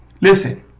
Listen